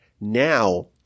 now